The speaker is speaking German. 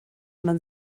man